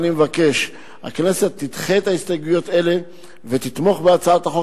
אני מבקש כי הכנסת תדחה הסתייגויות אלה ותתמוך בהצעת החוק